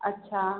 अच्छा